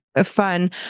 fun